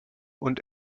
und